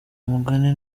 umugani